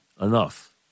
enough